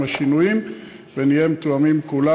עם השינויים ונהיה מתואמים כולם.